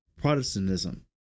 protestantism